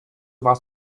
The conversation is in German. warst